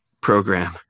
program